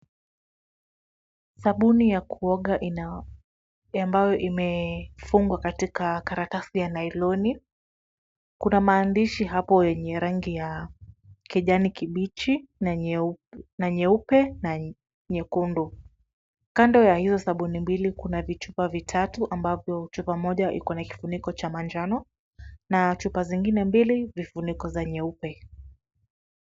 Sabuni ya kuoga ambayo imefungwa katika karatasi ya nailoni , kuna maandishi hapo yenye rangi ya kijani kibichi na nyeupe na nyekundu. Kando ya hizo sabuni mbili kuna vichupa vitatu ambavyo chupa moja iko na kifuniko cha manjano na zingine mbili vifuniko za nyeupe.